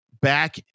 back